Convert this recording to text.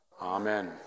Amen